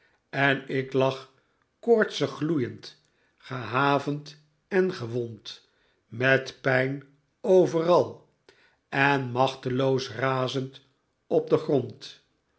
en ik lag koortsig gloeiend gehavend en gewond met pijn overal en machteloos razend op den grond